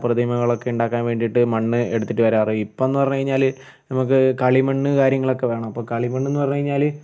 പ്രതിമകളൊക്കെ ഉണ്ടാക്കാൻ വേണ്ടീട്ട് മണ്ണ് എടുത്തിട്ട് വരാറ് ഇപ്പോഴെന്ന് പറഞ്ഞ് കഴിഞ്ഞാൽ നമുക്ക് കളിമണ്ണ് കാര്യങ്ങളൊക്കെ വേണം അപ്പോൾ കളിമണ്ണെന്ന് പറഞ്ഞ് കഴിഞ്ഞാൽ